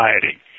society